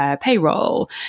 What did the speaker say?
payroll